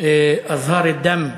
"אזהאר אל-דם".